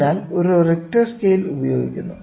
അതിനാൽ ഒരു Richter scale ഉപയോഗിക്കുന്നു